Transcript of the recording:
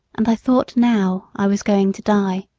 and i thought now i was going to die.